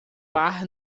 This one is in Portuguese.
par